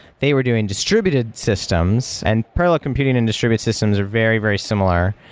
they were doing distributed systems, and parallel computing and distributed systems are very, very similar.